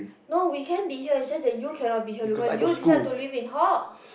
no we can be here it's just that you cannot be here because you decide to live in hall